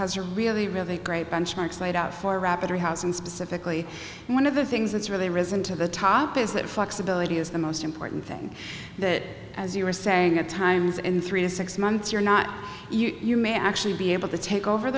has a really really great benchmarks laid out for rapid rehousing specifically and one of the things that's really risen to the top is that flexibility is the most important thing that as you are saying at times in three to six months you're not you may actually be able to take over